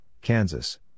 Kansas